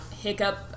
hiccup